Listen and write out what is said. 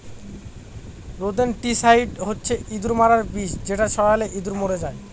rodenticide হচ্ছে ইঁদুর মারার বিষ যেটা ছড়ালে ইঁদুর মরে যায়